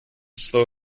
slow